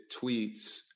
tweets